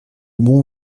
bon